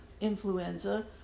influenza